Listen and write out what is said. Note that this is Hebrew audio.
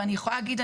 ואני יכולה להגיד,